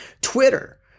Twitter